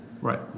right